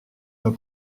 vas